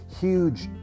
huge